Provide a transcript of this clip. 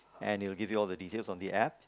and it will give you all the details on the App